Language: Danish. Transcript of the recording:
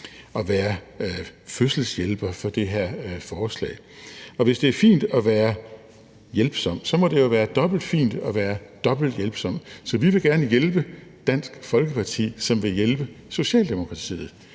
at være fødselshjælper for det her forslag. Hvis det er fint at være hjælpsom, må det være dobbelt fint at være dobbelt hjælpsom, så vi vil gerne hjælpe Dansk Folkeparti, som vil hjælpe Socialdemokratiet.